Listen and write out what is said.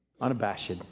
unabashed